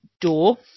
door